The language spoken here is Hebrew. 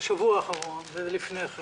בשבוע האחרון ולפני כן